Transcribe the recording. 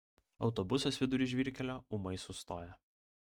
autobusas vidury žvyrkelio ūmai sustoja